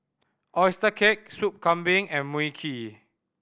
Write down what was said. oyster cake Sup Kambing and Mui Kee